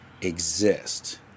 exist